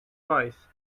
rice